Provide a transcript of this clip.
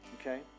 Okay